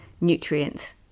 nutrients